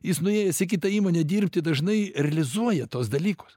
jis nuėjęs į kitą įmonę dirbti dažnai realizuoja tuos dalykus